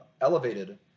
elevated